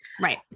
Right